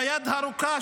ביד הארוכה,